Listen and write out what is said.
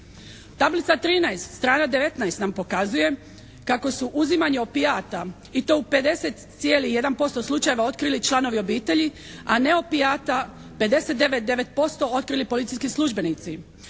Tablica 13, strana 19 nam pokazuje kako su uzimanje opijata i to u 50,1% slučajeva otkrili članovi obitelji, a neopijata 59,9% otkrili policijski službenici.